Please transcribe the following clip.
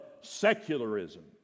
secularism